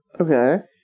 Okay